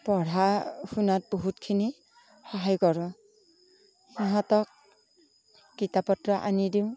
পঢ়া শুনাত বহুতখিনি সহায় কৰোঁ সিহঁতক কিতাপ পত্ৰ আনি দিওঁ